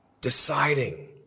deciding